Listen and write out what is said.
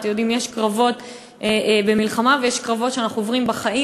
יש קרבות במלחמה ויש קרבות שאנחנו עוברים בחיים.